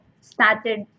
started